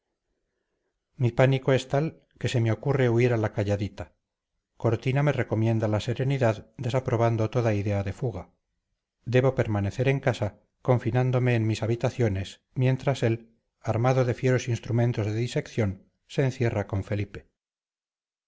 mi pánico es tal que se me ocurre huir a la calladita cortina me recomienda la serenidad desaprobando toda idea de fuga debo permanecer en casa confinándome en mis habitaciones mientras él armado de fieros instrumentos de disección se encierra con felipe